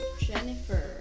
Jennifer